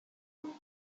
answer